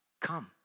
come